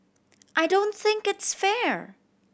I don't think it's fair